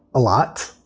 a lot.